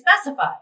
specify